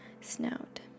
snout